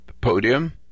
podium